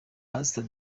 pastor